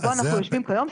שבה אנחנו יושבים היום,